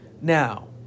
Now